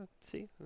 See